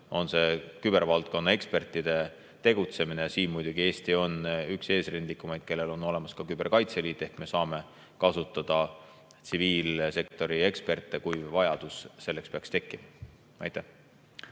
on see kübervaldkonna ekspertide tegutsemine. Siin muidugi Eesti on üks eesrindlikumaid, kellel on olemas ka küberkaitseliit, ehk me saame kasutada tsiviilsektori eksperte, kui vajadus selleks peaks tekkima.